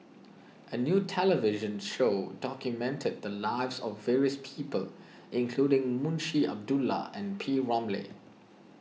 a new television show documented the lives of various people including Munshi Abdullah and P Ramlee